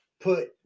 put